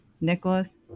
Nicholas